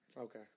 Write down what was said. Okay